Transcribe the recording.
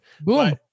Boom